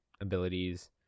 abilities